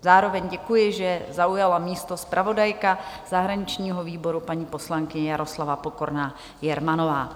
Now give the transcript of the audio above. Zároveň děkuji, že zaujala místo zpravodajka zahraničního výboru, paní poslankyně Jaroslava Pokorná Jermanová.